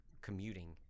commuting